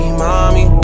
mommy